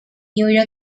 new